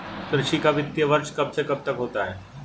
कृषि का वित्तीय वर्ष कब से कब तक होता है?